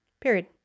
Period